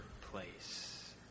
place